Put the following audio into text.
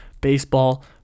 baseball